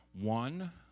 One